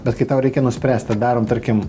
bet kai tau reikia nuspręst ar darom tarkim